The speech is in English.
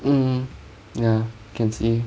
mm ya can see